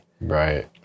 Right